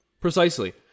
precisely